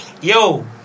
Yo